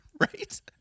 Right